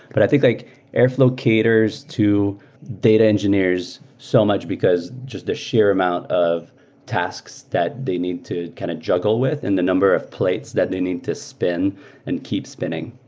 but i think like airflow caters to data engineers so much, because just the sheer amount of tasks that they need to kind of juggle with and the number of plates that they need to spin and keep spinning.